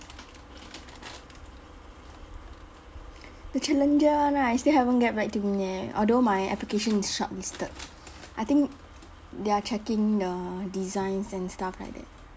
the challenger one right still haven't get back to me eh although my application is shortlisted I think they are checking the designs and stuff like that